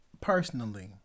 Personally